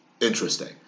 interesting